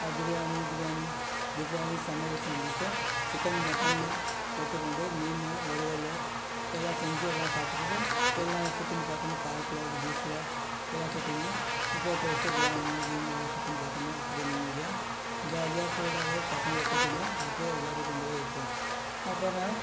பிரியாணி கிரியாணி பிரியாணி சமையல் செஞ்சுட்டு சிக்கன் மட்டன்னு எடுத்து கொண்டு மீன் வறுவல் எல்லாம் செஞ்சு எல்லாம் சாப்பிட்டுட்டு எல்லாம் சுற்றினு பார்த்தினு பார்க்கில் பீச்சில் எல்லாம் சுற்றின்னு போட்டோஸ் கிராமு கீமூ எல்லாம் சுற்றின்னு பார்த்துன்னு அப்படியே நிம்மதியாக ஜாலியாக கூடவே பசங்களை கூட்டினு அப்படியே விளையாடி கொண்டே இருப்போம் அப்புறம்